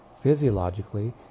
Physiologically